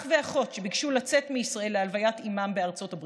אח ואחות ביקשו לצאת מישראל להלוויית אימם בארה"ב